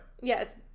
Yes